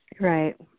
right